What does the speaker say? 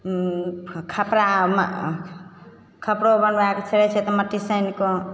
खपरामे खपरो बनबाए कऽ छै तऽ मट्टी सानि कऽ